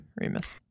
Remus